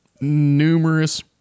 numerous